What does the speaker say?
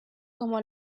como